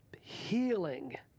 healing